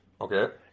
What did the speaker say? Okay